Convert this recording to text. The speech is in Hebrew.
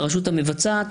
הרשות המבצעת,